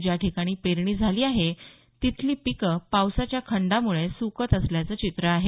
ज्या ठिकाणी पेरणी झाली आहे त्या तिथली पिकं पावसाच्या खंडामुळे सुकत असल्याचं चित्र आहे